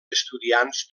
estudiants